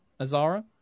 Azara